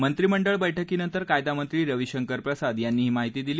मंत्रिमंडळ बछ्कीनंतर कायदा मंत्री रविशंकर प्रसाद यांनी ही माहिती दिली